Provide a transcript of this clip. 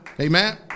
Amen